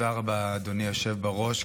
תודה רבה, אדוני היושב בראש.